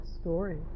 story